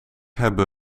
hebben